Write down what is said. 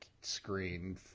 screen